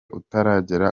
utaragera